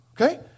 Okay